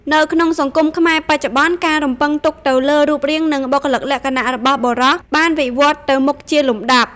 នៅក្នុងសង្គមខ្មែរបច្ចុប្បន្ន ការរំពឹងទុកទៅលើរូបរាង និងបុគ្គលិកលក្ខណៈរបស់បុរសបានវិវឌ្ឍន៍ទៅមុខជាលំដាប់។